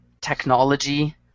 technology